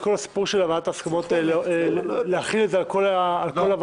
כל הסיפור של ועדת ההסכמות על כל הוועדות?